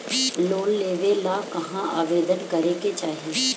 Loan लेवे ला कहाँ आवेदन करे के चाही?